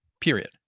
period